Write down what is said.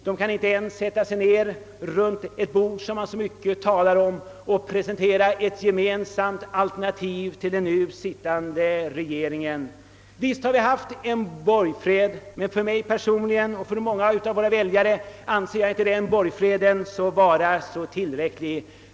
De kan inte ens sätta sig ned runt ett bord som det talats så mycket om och presentera ett gemensamt alternativ till den nu sittande regeringens program. Visst har vi haft en borgfred, men jag anser inte att det är tillräckligt för många av våra väljare.